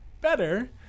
better